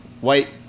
White